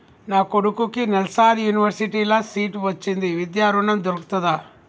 నా కొడుకుకి నల్సార్ యూనివర్సిటీ ల సీట్ వచ్చింది విద్య ఋణం దొర్కుతదా?